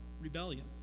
rebellion